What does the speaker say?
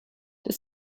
this